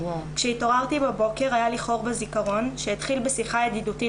כשהתעוררתי בבוקר היה לי חור בזכרון שהתחיל בשיחה ידידותית